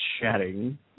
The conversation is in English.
chatting